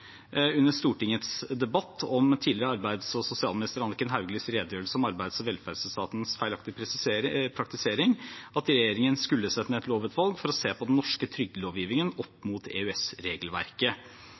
under Stortingets debatt om tidligere arbeids- og sosialminister Anniken Hauglies redegjørelse om arbeids- og velferdsetatens feilaktige praktisering – at regjeringen skulle sette ned et lovutvalg for å se på den norske trygdelovgivningen opp